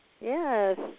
Yes